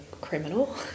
criminal